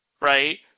right